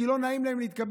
כי לא נעים להם להתקבל.